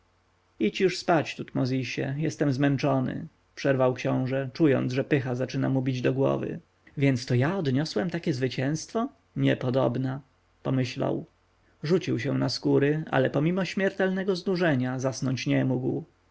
idź już spać tutmozisie jestem zmęczony przerwał książę czując że pycha zaczyna mu bić do głowy więc to ja odniosłem takie zwycięstwo niepodobna pomyślał rzucił się na skóry ale pomimo śmiertelnego znużenia zasnąć nie mógł